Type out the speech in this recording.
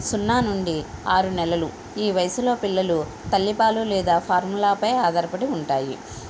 సున్నా నుండి ఆరు నెలలు ఈ వయసులో పిల్లలు తల్లి పాలు లేదా ఫార్ములాపై ఆధారపడి ఉంటాయి